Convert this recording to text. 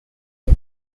egg